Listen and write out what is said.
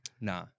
Nah